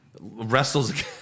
wrestles